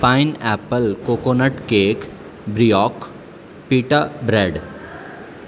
pineapple coconut cake برییاک pita bread